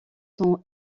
sont